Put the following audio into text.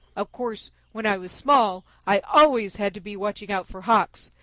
of course, when i was small i always had to be watching out for hawks,